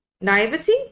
naivety